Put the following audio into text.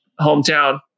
hometown